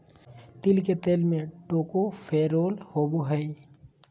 तिल के तेल में टोकोफेरोल होबा हइ